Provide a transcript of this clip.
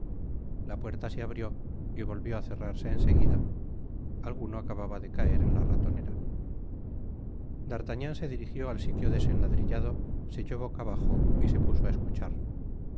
la puerta se abrió y volvió á cerrarse en seguida alguno acababa de caer en la ratonera d'artagnan se dirigió al sitio desenladrillado se echó boca á bajo y se puso á escuchar